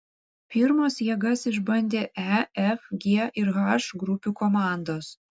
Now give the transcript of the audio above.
pirmos jėgas išbandė e f g ir h grupių komandos